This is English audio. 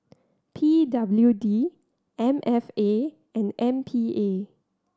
P W D M F A and M P A